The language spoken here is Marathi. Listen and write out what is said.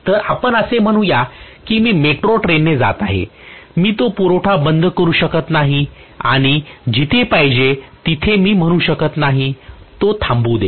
तर आपण असे म्हणूया की मी मेट्रो ट्रेनने जात आहे मी तो पुरवठा बंद करू शकत नाही आणि जिथे पाहिजे तेथे म्हणू शकत नाही तो थांबवू दे